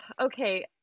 Okay